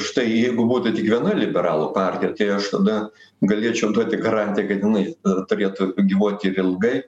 štai jeigu būtų tik viena liberalų partija tai aš tada galėčiau duoti garantiją kad jinai turėtų gyvuoti ir ilgai